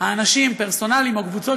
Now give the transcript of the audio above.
האנשים הפרסונליים והקבוצות,